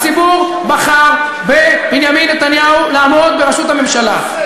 הציבור בחר בבנימין נתניהו לעמוד בראשות הממשלה,